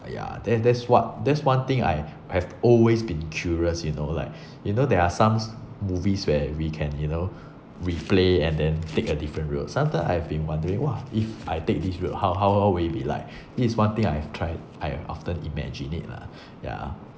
ya that that's what that's one thing I have always been curious you know like you know there are some movies where we can you know replay and then take a different route sometimes I've been wondering !wah! if I take this route how how will it be like this is one thing I've tried I have often imagine it lah ya